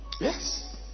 Yes